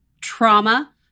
trauma